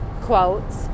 quotes